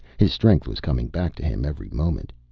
his strength was coming back to him every moment.